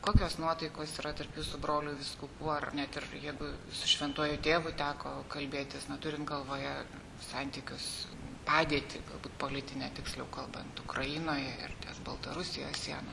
kokios nuotaikos yra tarp jūsų brolių vyskupų ar net ir jeigu su šventuoju tėvu teko kalbėtis na turint galvoje santykius padėtį galbūt politinę tiksliau kalbant ukrainoje ir baltarusijos siena